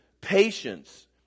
patience